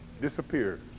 disappears